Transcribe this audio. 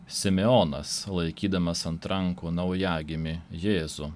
simeonas laikydamas ant rankų naujagimį jėzų